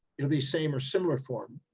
it'll be same or similar form,